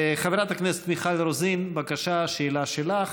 חברת הכנסת מיכל רוזין, בבקשה, שאלה שלך.